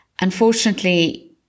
Unfortunately